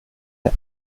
der